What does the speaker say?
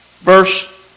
Verse